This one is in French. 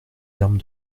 termes